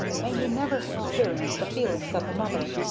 may you never hexperience the feelinks of a mother,